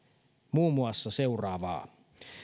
muun muassa seuraavaa